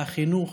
החינוך,